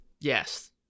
Yes